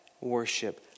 worship